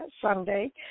Sunday